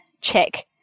check